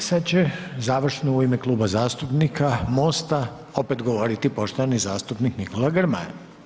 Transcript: E, sad će završnu u ime Kluba zastupnika MOST-a opet govoriti poštovani zastupnik Nikola Grmoja.